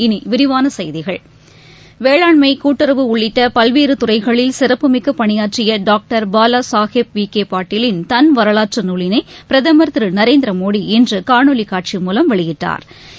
இனி விரிவான செய்திகள் வேளாண்மை கூட்டுறவு உள்ளிட்ட பல்வேறு துறைகளில் சிறப்புமிக்க பணியாற்றிய டாக்டர் பாலா ளஹேப் விக்கே பாட்டலின் தன் வரலாற்று நூலினை பிரதமர் திரு நரேந்திரமோடி இன்று காணொலி காட்சி மூலம் வெளியிட்டாா்